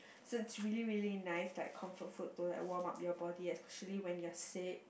so it's really really nice like comfort food to like warm up your body actually when you're sick